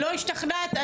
לא השתכנת?